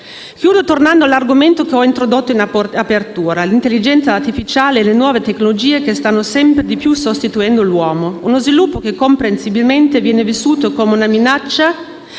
Concludo tornando all'argomento che ho introdotto in apertura: l'intelligenza artificiale e le nuove tecnologie che stanno sempre di più sostituendo l'uomo; uno sviluppo che comprensibilmente viene vissuto come una minaccia